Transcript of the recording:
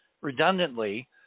redundantly